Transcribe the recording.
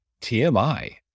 TMI